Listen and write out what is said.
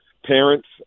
parents